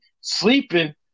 Sleeping